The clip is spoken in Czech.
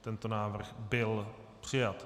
Tento návrh byl přijat.